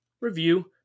review